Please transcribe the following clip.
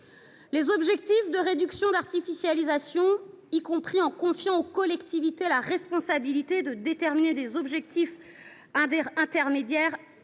les objectifs de réduction de l’artificialisation des sols et en confiant aux collectivités la responsabilité de fixer des objectifs intermédiaires,